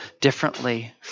differently